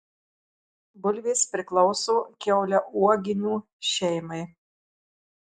bulvės priklauso kiauliauoginių šeimai